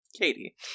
Katie